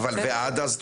ועד אז,